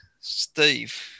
Steve